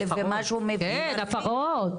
כן, הפרות.